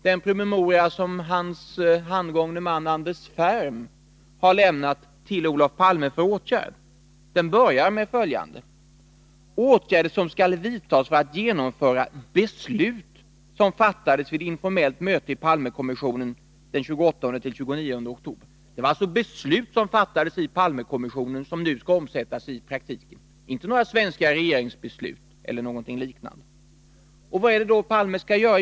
Den promemoria som Olof Palmes handgångne man Anders Ferm har lämnat till Olof Palme för åtgärd börjar på följande sätt: ”Åtgärder som skall vidtas för att genomföra beslut som fattades vid informellt möte i Palmekommissionen 28-29 oktober.” Det var alltså beslut som hade fattats i Palmekommissionen som nu skulle omsättas i praktiken, inte svenska regeringsbeslut eller någonting liknande. Vad är det Olof Palme skall göra?